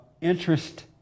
interest